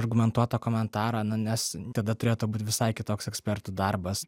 argumentuotą komentarą na nes tada turėtų būt visai kitoks ekspertų darbas